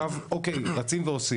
ועכשיו רצים ועושים.